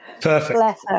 Perfect